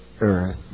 earth